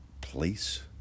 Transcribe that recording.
place